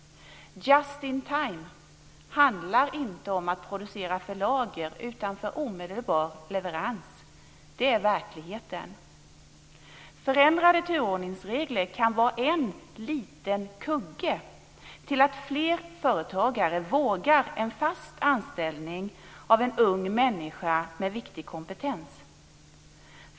Just in time handlar inte om att producera för lager utan för omedelbar leverans. Det är verkligheten. Förändrade turordningsregler kan vara en liten kugge till att fler företagare vågar en fast anställning av en ung människa med viktig kompetens.